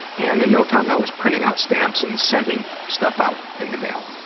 and in no time i was printing out stamps and sending stuff out in the mail.